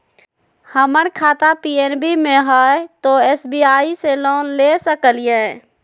हमर खाता पी.एन.बी मे हय, तो एस.बी.आई से लोन ले सकलिए?